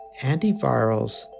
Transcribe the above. Antivirals